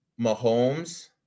Mahomes